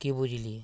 कि बुझलिए